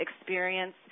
experience